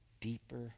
deeper